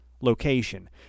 location